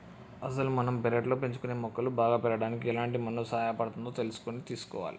అసలు మనం పెర్లట్లో పెంచుకునే మొక్కలు బాగా పెరగడానికి ఎలాంటి మన్ను సహాయపడుతుందో తెలుసుకొని తీసుకోవాలి